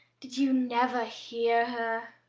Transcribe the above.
did you never hear her?